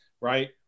right